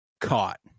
caught